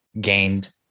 gained